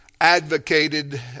advocated